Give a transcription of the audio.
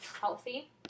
healthy